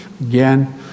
again